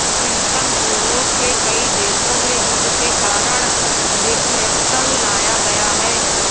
प्रीतम Europe के कई देशों में युद्ध के कारण रिफ्लेक्शन लाया गया है